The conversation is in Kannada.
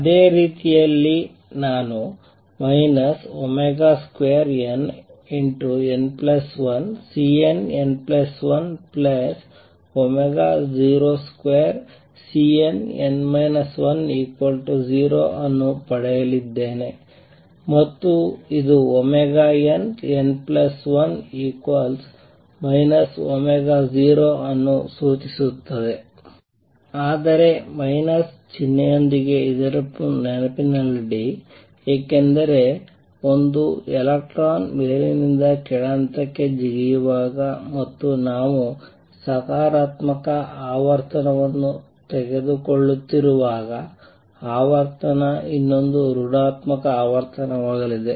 ಅದೇ ರೀತಿಯಲ್ಲಿ ನಾನು nn12Cnn102Cnn10 ಅನ್ನು ಪಡೆಯಲಿದ್ದೇನೆ ಮತ್ತು ಇದು nn1 0 ಅನ್ನು ಸೂಚಿಸುತ್ತದೆ ಆದರೆ ಮೈನಸ್ ಚಿಹ್ನೆಯೊಂದಿಗೆ ಇದನ್ನು ನೆನಪಿನಲ್ಲಿಡಿ ಏಕೆಂದರೆ ಒಂದು ಎಲೆಕ್ಟ್ರಾನ್ ಮೇಲಿನಿಂದ ಕೆಳ ಹಂತಕ್ಕೆ ಜಿಗಿಯುವಾಗ ಮತ್ತು ನಾವು ಸಕಾರಾತ್ಮಕ ಆವರ್ತನವನ್ನು ತೆಗೆದುಕೊಳ್ಳುತ್ತಿರುವಾಗ ಆವರ್ತನ ಇನ್ನೊಂದು ಋಣಾತ್ಮಕ ಆವರ್ತನವಾಗಲಿದೆ